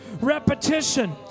repetition